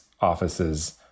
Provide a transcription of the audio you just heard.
offices